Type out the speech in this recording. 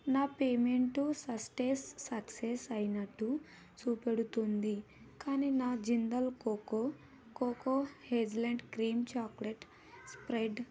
నా payment status success అయినట్టు చూపెడుతుంది కానీ నా Jindal coco coco hazelnut cream chocolate spread